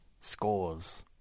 Scores